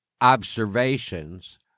observations